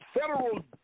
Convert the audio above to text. federal